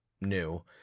new